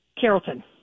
Carrollton